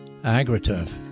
Agriturf